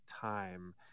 time